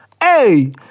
Hey